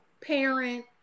parent